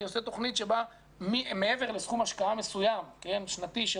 הייתי עושה תוכנית שבה מעבר לסכום השקעה מסוים שנתי של